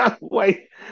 Wait